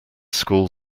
school